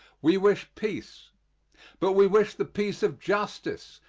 we wish peace but we wish the peace of justice,